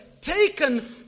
taken